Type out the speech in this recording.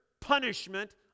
punishment